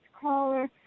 caller